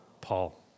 Paul